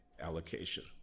allocation